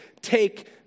take